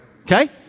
Okay